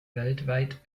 weltweit